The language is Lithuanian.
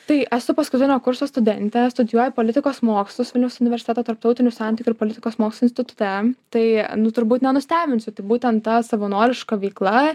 tai esu paskutinio kurso studentė studijuoju politikos mokslus vilniaus universiteto tarptautinių santykių ir politikos mokslų institute tai nu turbūt nenustebinsiu tik būtent ta savanoriška veikla